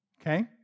okay